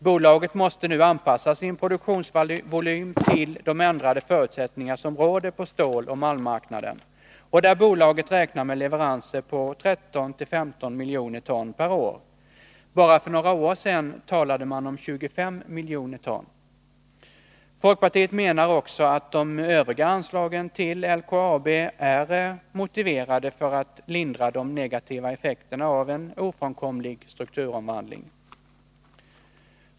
Bolaget måste nu anpassa sin produktionsvolym till de ändrade förutsättningar som råder på ståloch malmmarknaden, där bolaget räknar med leveranser på 13-15 miljoner ton per år. Bara för några år sedan talade man om 25 miljoner ton. Folkpartiet menar också att de övriga anslagen till LKAB är motiverade för att lindra de negativa effekterna av en ofrånkomlig strukturomvandling.